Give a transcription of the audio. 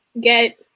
get